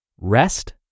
rest